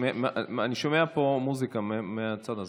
אני שומע פה מוזיקה מהצד הזה.